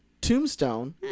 Tombstone